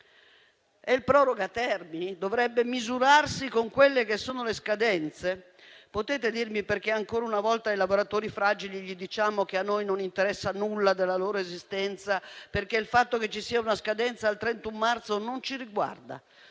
il proroga termini dovrebbe misurarsi con le scadenze. Potete dirmi perché ancora una volta ai lavoratori fragili diciamo che a noi non interessa nulla della loro esistenza, perché il fatto che ci sia una scadenza al 31 marzo non ci riguarda?